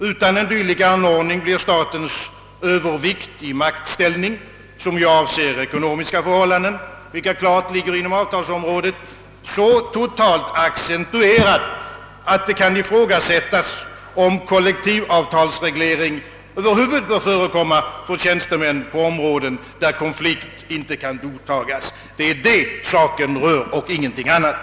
Utan en dylik anordning blir statens maktövervikt i vad gäller ekonomiska förhållanden — vilka klart ligger inom avtalsområdet — så accentuerad, att det kan ifrågasättas, om kollektivavtalsreglering över huvud taget bör förekomma för tjänstemän inom sådana områden där konflikter inte kan godtagas. Det är det saken gäller, ingenting annat.